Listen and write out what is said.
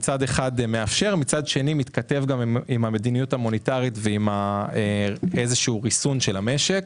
גם מאפשר אבל גם מתכתב עם המדיניות המוניטרית ואיזה שהוא ריסון של המשק.